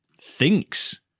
thinks